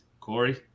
Corey